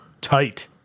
tight